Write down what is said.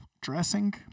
Dressing